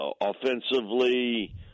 Offensively